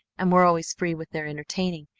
and were always free with their entertaining,